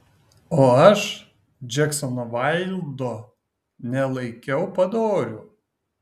o aš džeksono vaildo nelaikiau padoriu